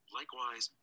Likewise